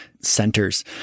centers